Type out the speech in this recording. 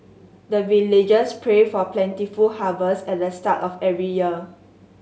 the villagers pray for plentiful harvest at the start of every year